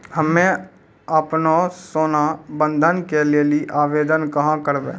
हम्मे आपनौ सोना बंधन के लेली आवेदन कहाँ करवै?